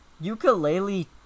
Ukulele